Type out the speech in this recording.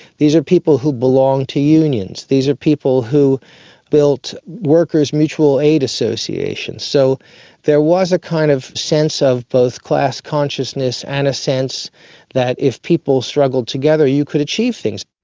these are people who belong to unions. these are people who built workers mutual aid associations. so there was a kind of sense of both class consciousness and a sense that if people struggled together you could achieve things.